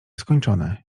skończone